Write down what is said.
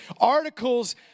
articles